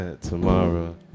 tomorrow